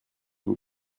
vous